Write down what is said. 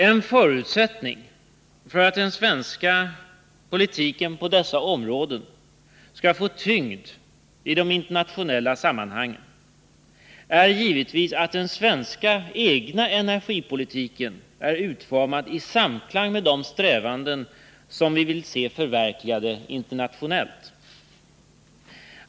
En förutsättning för att den svenska oljepolitiken skall få tyngd i internationella sammanhang är givetvis att den svenska energipolitiken är utformad i samklang med de strävanden som vi vill se förverkligade internationellt.